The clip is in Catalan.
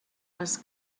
els